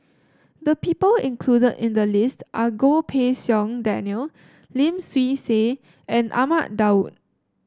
the people included in the list are Goh Pei Siong Daniel Lim Swee Say and Ahmad Daud